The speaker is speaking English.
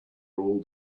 all